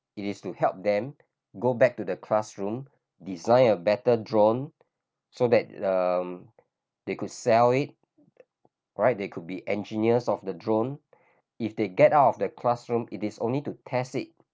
it is to help them go back to the classroom design a better drone so that um they could sell it right they could be engineers of the drone if they get out of the classroom it is only to test it